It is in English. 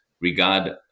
regard